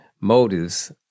motives